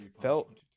felt